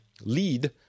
lead